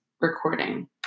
recording